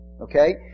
Okay